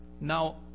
Now